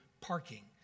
parking